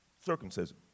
circumcision